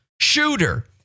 shooter